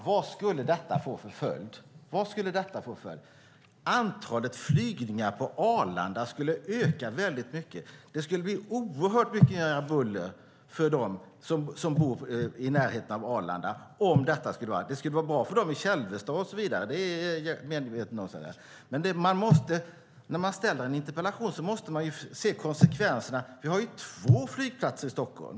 Vad skulle detta få för följd? Antalet flygningar på Arlanda skulle öka väldigt mycket. Det skulle bli oerhört mycket mer buller för dem som bor i närheten av Arlanda. Det skulle vara bra för dem i Kälvesta och så vidare - det är jag medveten om. Men när man ställer en interpellation måste man se konsekvenserna. Vi har två flygplatser i Stockholm.